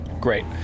Great